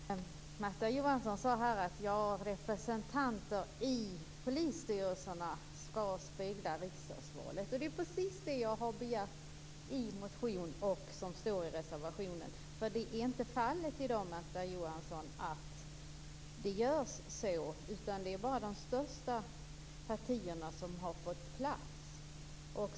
Fru talman! Märta Johansson sade att representanter i polisstyrelserna skall spegla riksdagsvalet. Det är precis det som har begärts i motionen och i reservationen. Men det är inte fallet i dag, Märta Johansson. Det är bara de största partierna som har fått plats.